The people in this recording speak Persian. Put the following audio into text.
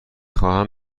خواهم